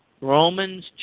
Romans